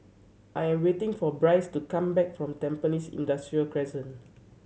I am waiting for Bryce to come back from Tampines Industrial Crescent